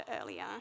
earlier